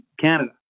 Canada